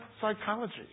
psychology